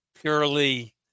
purely